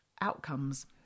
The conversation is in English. outcomes